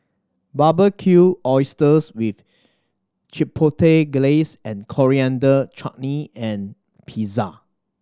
Barbecued Oysters with Chipotle Glaze Coriander Chutney and Pizza